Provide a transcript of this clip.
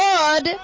God